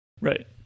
right